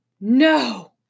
No